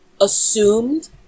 assumed